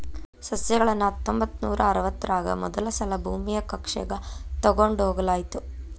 ಸಸ್ಯಗಳನ್ನ ಹತ್ತೊಂಬತ್ತನೂರಾ ಅರವತ್ತರಾಗ ಮೊದಲಸಲಾ ಭೂಮಿಯ ಕಕ್ಷೆಗ ತೊಗೊಂಡ್ ಹೋಗಲಾಯಿತು